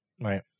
Right